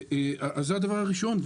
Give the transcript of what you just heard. אז זה הדבר הראשון,